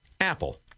apple